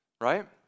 right